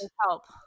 Help